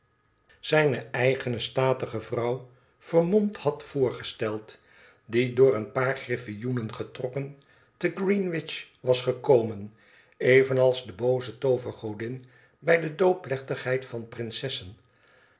zijne eigene statige vrouw vermomd had voorgesteld die door een paar griffioenen petrokken te greenwich was gekomen evenals de booze toovergodm bij de doopplechtigheid van prinsessen